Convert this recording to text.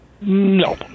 No